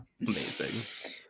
Amazing